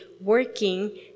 working